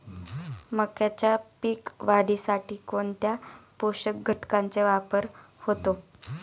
मक्याच्या पीक वाढीसाठी कोणत्या पोषक घटकांचे वापर होतो?